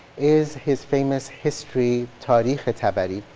is his famous history tarikh-i tabari.